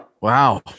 Wow